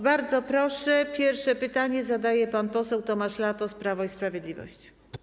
Bardzo proszę, pierwsze pytanie zadaje pan poseł Tomasz Latos, Prawo i Sprawiedliwość.